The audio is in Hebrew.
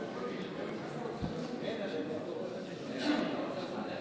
לרדת ולעלות על כל הסתייגות.